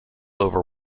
over